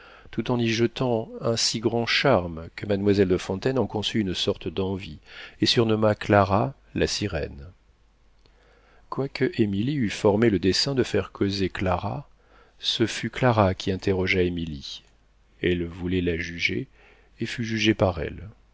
tout en y jetant un si grand charme que mademoiselle de fontaine en conçut une sorte d'envie et surnomma clara la sirène quoique émilie eût formé le dessein de faire causer clara ce fut clara qui interrogea émilie elle voulait la juger et fut jugée par elle